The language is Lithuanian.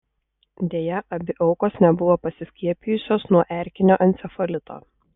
deja abi aukos nebuvo pasiskiepijusios nuo erkinio encefalito